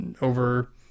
over